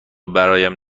برایم